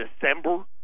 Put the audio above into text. December